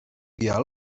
vial